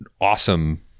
awesome